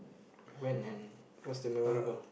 when and what's the memorable